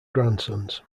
grandsons